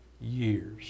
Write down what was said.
years